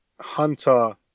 Hunter